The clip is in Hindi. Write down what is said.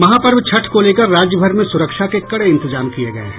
महापर्व छठ को लेकर राज्यभर में सुरक्षा के कड़े इंतजाम किये गये हैं